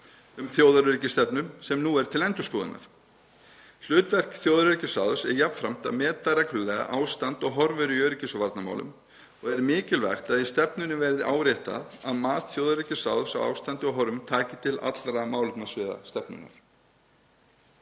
um þjóðaröryggisstefnu sem nú er til endurskoðunar. Hlutverk þjóðaröryggisráðs er jafnframt að meta reglulega ástand og horfur í öryggis- og varnarmálum og er mikilvægt að í stefnunni verði áréttað að mat þjóðaröryggisráðs á ástandi og horfum taki til allra málefnasviða stefnunnar.